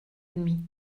demi